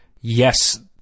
yes